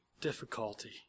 difficulty